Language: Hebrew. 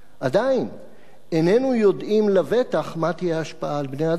עדיין איננו יודעים לבטח מה תהיה ההשפעה על בני-האדם.